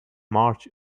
march